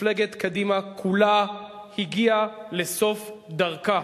מפלגת קדימה כולה הגיע לסוף דרכה.